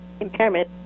impairment